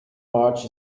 march